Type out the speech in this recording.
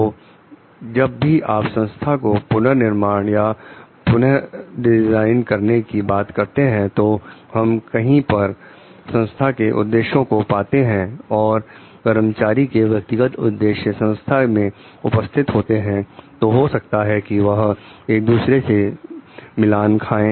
तो जब भी आप संस्था को पुनर्निर्माण या पुणे डिजाइन करने की बात करते हैं तो हम कहीं पर संस्था के उद्देश्यों को पाते हैं और कर्मचारी के व्यक्तिगत उद्देश्य संस्था में उपस्थित होते हैं तो हो सकता है कि वह एक दूसरे से मिलना खाएं